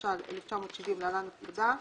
התש"ל 1970 (להלן, הפקודה),